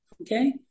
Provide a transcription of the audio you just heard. Okay